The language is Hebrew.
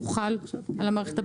הוא חל על המערכת הבנקאית.